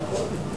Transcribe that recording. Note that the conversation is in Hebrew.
נכון.